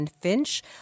Finch